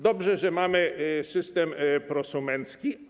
Dobrze, że mamy system prosumencki.